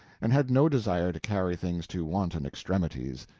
and had no desire to carry things to wanton extremities.